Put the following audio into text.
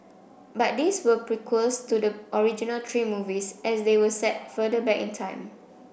but these were prequels to the original three movies as they were set further back in time